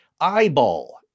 eyeball